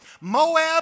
Moab